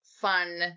fun